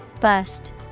Bust